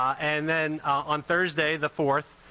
and then, on thursday the fourth.